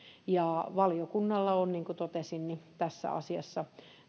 valiokunnalla on niin kuin totesin tässä asiassa